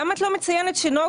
למה את לא מציינת ש'נגה'